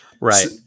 Right